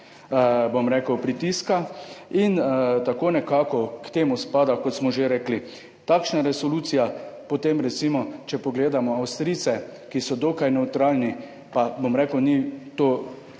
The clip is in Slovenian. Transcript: bom rekel, pritiska in tako nekako k temu spada, kot smo že rekli, takšna resolucija. Potem recimo, če pogledamo Avstrijce, ki so dokaj nevtralni, pa bom rekel, ni to